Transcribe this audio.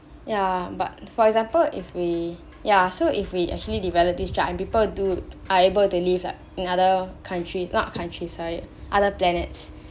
ya but for example if we ya so if we actually developed this drug and people do are able to live like in other countries not country sorry other planets